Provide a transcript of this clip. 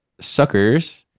Suckers